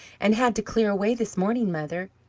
and had to clear away this morning, mother!